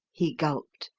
he gulped.